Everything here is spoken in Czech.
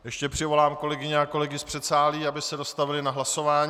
Ještě přivolám kolegyně a kolegy z předsálí, aby se dostavili na hlasování.